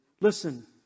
Listen